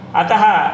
ataha